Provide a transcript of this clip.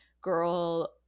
girl